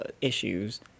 issues